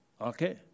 Okay